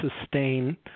sustain